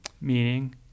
Meaning